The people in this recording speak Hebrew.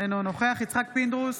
אינו נוכח יצחק פינדרוס,